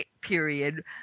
period